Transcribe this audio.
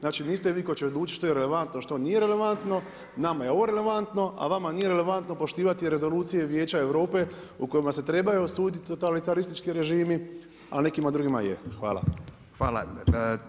Znači niste vi koji će odlučiti što je relevantno, što nije relevantno, nama je ovo relevantno, a vama nije relevantno poštivati rezolucije Vijeća Europe u kojima se trebaju osuditi totalitaristički režimi, a nekima drugima je.